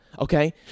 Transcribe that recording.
okay